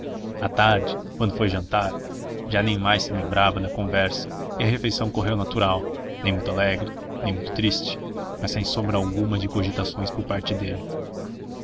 à tarde quando foi jantar já nem mais se lembrava da conversa e a refeição correu natural nem muito alegre nem muito triste mas sem sombra alguma de cogitações por parte dele